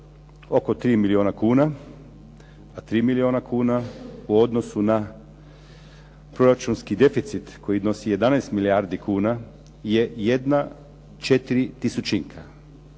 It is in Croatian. oko 3 milijuna kuna, a 3 milijuna kuna u odnosu na proračunski deficit koji nosi 11 milijardi kuna je jedna četiri tisućinka.